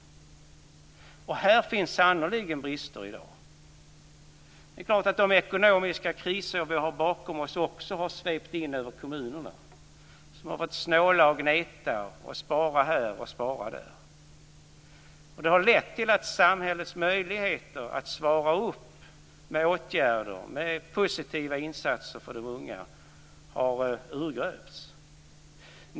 Här finns sannerligen brister i dag. Det är klart att de ekonomiska kriser vi har bakom oss också har svept in över kommunerna. De har fått snåla och gneta, spara här och spara där. Det har lett till att samhällets möjligheter att svara upp med åtgärder och positiva insatser för de unga har urgröpts.